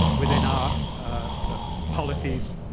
within our polities,